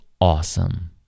awesome